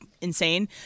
insane